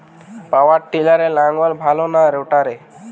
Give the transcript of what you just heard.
পাওয়ার টিলারে লাঙ্গল ভালো না রোটারের?